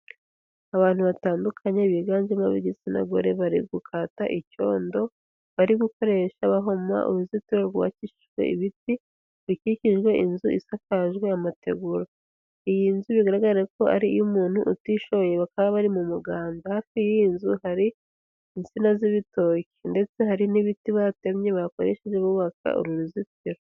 Abantu batandukanye biganjemo ab'igitsina gore bari gukata icyondo bari gukoresha bahoma uruzitiro rwubakishijwe ibiti, bikikijwe inzu isakajwe amategura. Iyi nzu bigaragare ko ari iy'umuntu utishoboye bakaba bari mu muganda, hafi y'iyi nzu hari insina z'ibitoki ndetse hari n'ibiti batemye bakoresheje bubaka uru ruzitiro.